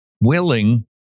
willing